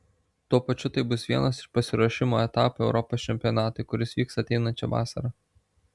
tuo pačiu tai bus vienas iš pasiruošimo etapų europos čempionatui kuris vyks ateinančią vasarą